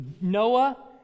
Noah